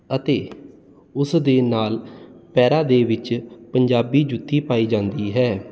ਅਤੇ ਉਸ ਦੇ ਨਾਲ ਪੈਰਾਂ ਦੇ ਵਿੱਚ ਪੰਜਾਬੀ ਜੁੱਤੀ ਪਾਈ ਜਾਂਦੀ ਹੈ